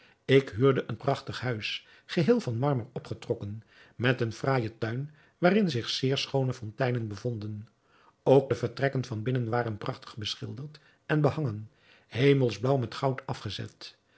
ik huurde een prachtig huis geheel van marmer opgetrokken met een fraaijen tuin waarin zich zeer schoone fonteinen bevonden ook de vertrekken van binnen waren prachtig beschilderd en behangen hemelsblaauw met goud afgezet